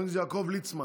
חבר הכנסת יעקב ליצמן,